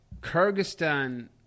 Kyrgyzstan